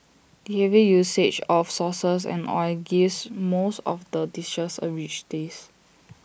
the heavy usage of sauces and oil gives most of the dishes A rich taste